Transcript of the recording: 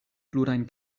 plurajn